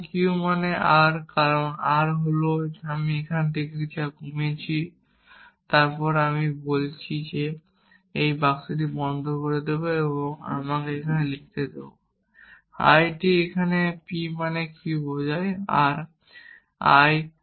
এখন q মানে r কারণ r হল আমি এখান থেকে যা কমিয়েছি তারপর আমি বলছি আমি এই বাক্সটি বন্ধ করে দেব এবং আমি এখানে লিখতে দেব i t এখানে p মানে q বোঝায় r